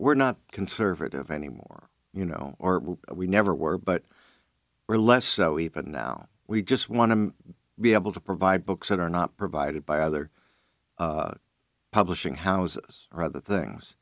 we're not conservative anymore you know or we never were but we're less even now we just want to be able to provide books that are not provided by other publishing houses or other things